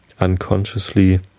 Unconsciously